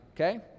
okay